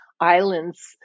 islands